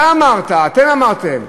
אתה אמרת, אתם אמרתם: